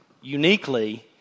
uniquely